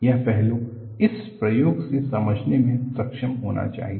यह पहलू इस प्रयोग से समझने में सक्षम होना चाहिए